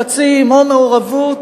לחצים או מעורבות